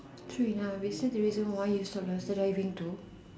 true enough is that the reason why you stop dumpster diving too